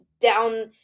down